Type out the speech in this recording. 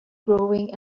growing